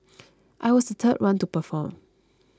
I was the third one to perform